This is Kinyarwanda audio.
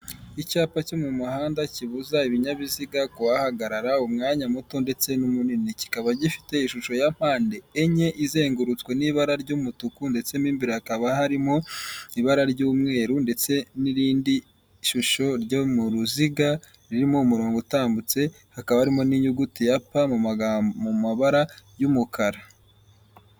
Icyapa cyo mu muhanda kibuza ibinyabiziga kuhahagarara umwanya muto ndetse n'umunini, kikaba gifite ishusho yapande enye izengurutswe n'ibara ry'umutuku ndetse n'imbere hakaba harimo ibara ry'umweru ndetse n'irindi shusho ryo mu ruziga ririmo umurongo utambutse hakaba harimo n'inyuguti ya P mu mabara y'umukara.